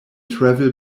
travel